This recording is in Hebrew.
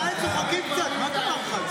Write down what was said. די, צוחקים קצת, מה קרה לך?